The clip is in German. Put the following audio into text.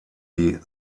die